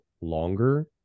longer